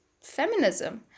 feminism